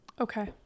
Okay